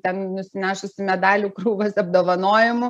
ten nusinešusi medalių krūvas apdovanojimų